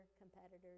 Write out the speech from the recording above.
competitors